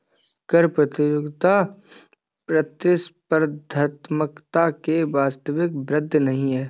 कर प्रतियोगिता प्रतिस्पर्धात्मकता में वास्तविक वृद्धि नहीं है